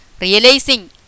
Realizing